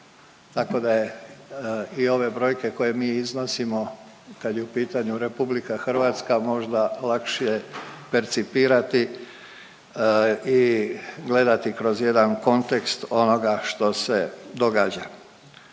tako da je i ove brojke koje mi iznosimo, kad je u pitanju RH, možda lakše percipirati i gledati kroz jedan kontekst onoga što se događa.